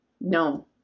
No